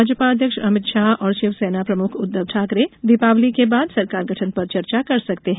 भाजपा अध्यक्ष अमित शाह और शिवसेना प्रमुख उद्धव ठाकरे दीपावली के बाद सरकार गठन पर चर्चा कर सकते हैं